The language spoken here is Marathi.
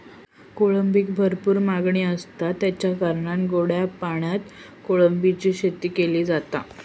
कोळंबीक भरपूर मागणी आसता, तेच्या कारणान गोड्या पाण्यात कोळंबीची शेती केली जाता